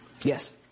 Yes